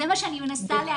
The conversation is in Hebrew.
זה מה שאני מנסה להגיד.